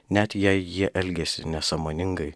net jei jie elgiasi nesąmoningai